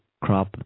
crop